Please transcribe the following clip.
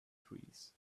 trees